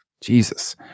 Jesus